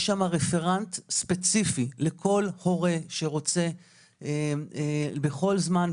שם רפרנט ספציפי לכל הורה ספציפי שרוצה בכל זמן,